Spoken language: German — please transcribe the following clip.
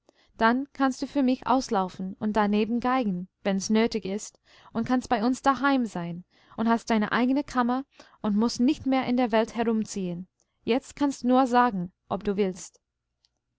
dann kannst du für mich auslaufen und daneben geigen wenn's nötig ist und kannst bei uns daheim sein und hast deine eigene kammer und mußt nicht mehr in der welt herumziehen jetzt kannst du nur sagen ob du willst